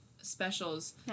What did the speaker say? specials